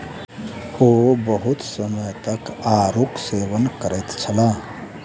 ओ बहुत समय तक आड़ूक सेवन करैत छलाह